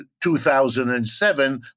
2007